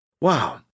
Wow